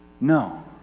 No